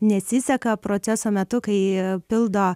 nesiseka proceso metu kai pildo